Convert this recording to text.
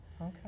Okay